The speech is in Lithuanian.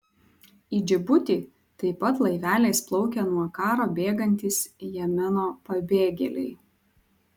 į džibutį taip pat laiveliais plaukia nuo karo bėgantys jemeno pabėgėliai